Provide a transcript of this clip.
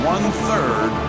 One-third